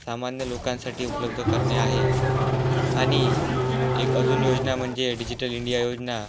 सामान्य लोकांसाठी उपलब्ध करणे आहे आणि एक अजून योजना म्हणजे डिजिटल इंडिया योजना